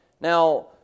Now